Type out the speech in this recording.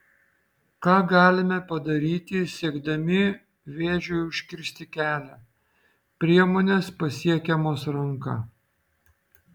ką galime padaryti siekdami vėžiui užkirsti kelią priemonės pasiekiamos ranka